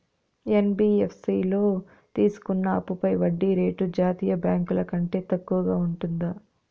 NBFC లో తీసుకున్న అప్పుపై వడ్డీ రేటు జాతీయ బ్యాంకు ల కంటే తక్కువ ఉంటుందా?